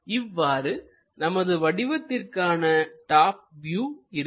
இவ்வாறு நமது வடிவத்திற்கான டாப் வியூ இருக்கும்